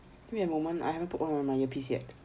wait a moment I haven't put on my earpiece yet